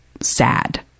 sad